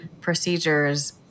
procedures